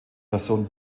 person